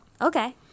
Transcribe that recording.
Okay